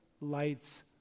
lights